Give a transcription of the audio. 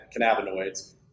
cannabinoids